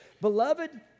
Beloved